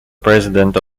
president